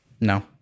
No